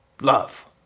Love